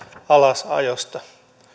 alasajosta